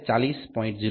130 G2 44